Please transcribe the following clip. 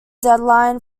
deadline